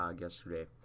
yesterday